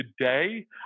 today